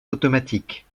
automatique